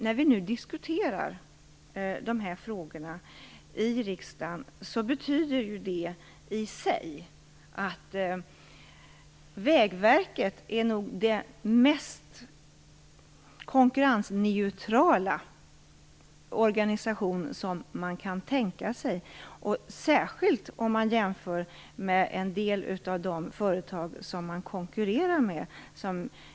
När vi nu diskuterar denna fråga i kammaren betyder ju det att Vägverket nog är den mest konkurrensneutrala organisation som man kan tänka sig, särskilt om man jämför med en del av de företag som Vägverket konkurrerar med.